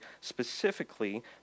specifically